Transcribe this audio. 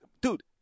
Dude